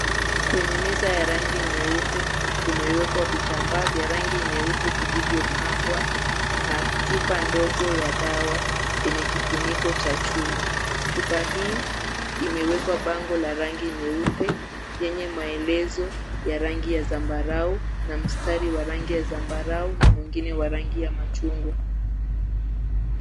Kwenye meza ya rangi nyeupe, kumewekwa vitambaa vya rangi nyeupe vilivyopangwa, na chupa ndogo ya dawa, yenye kifuniko cha chuma. Chupa hii imewekwa bango la rangi nyeupe, yenye maelezo ya rangi ya zambarau, na mstari wa rangi ya zambarau, na mwingine wa rangi ya machungwa.